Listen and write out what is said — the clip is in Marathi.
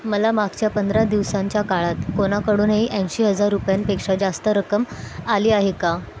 मला मागच्या पंधरा दिवसांच्या काळात कोणाकडूनही ऐंशी हजार रुपयांपेक्षा जास्त रक्कम आली आहे का